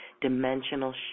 dimensional